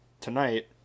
tonight